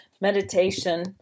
Meditation